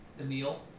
Emil